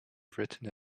written